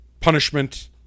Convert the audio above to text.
punishment